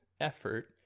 effort